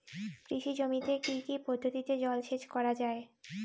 কৃষি জমিতে কি কি পদ্ধতিতে জলসেচ করা য়ায়?